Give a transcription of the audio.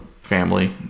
family